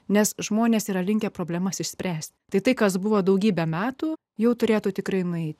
nes žmonės yra linkę problemas išspręsti tai kas buvo daugybę metų jau turėtų tikrai nueiti